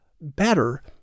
better